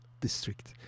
district